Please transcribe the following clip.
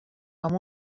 amb